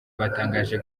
batangaje